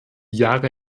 jahre